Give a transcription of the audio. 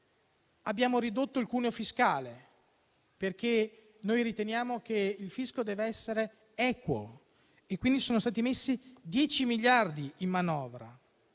abbiamo ridotto il cuneo fiscale, perché riteniamo che il fisco debba essere equo. Quindi sono stati messi 10 miliardi in manovra